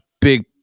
big